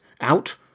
Out